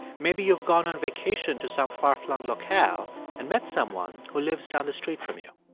maybe you've gone on vacation to some far-flung locale and met someone who lives down the street from you.